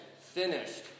finished